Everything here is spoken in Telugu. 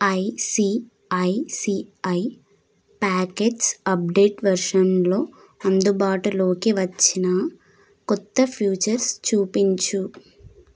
ఐసిఐసిఐ ప్యాకెట్స్ అప్డేట్ వర్షన్లో అందుబాటులోకి వచ్చిన కొత్త ఫ్యూచర్స్ చూపించు